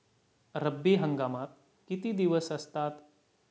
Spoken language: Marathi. रब्बी हंगामात किती दिवस असतात?